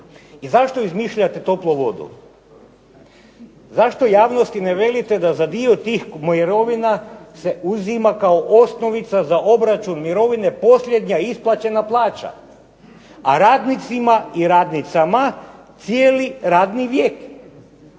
I zašto izmišljati toplu vodu? Zašto javnosti ne velite da za dio tih mirovina se uzima kao osnovica za obračun mirovine posljednja isplaćena plaća, a radnicima i radnicama cijeli radni vijek.